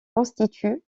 constituent